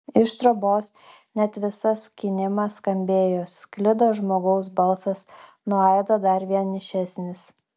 iš trobos net visas skynimas skambėjo sklido žmogaus balsas nuo aido dar vienišesnis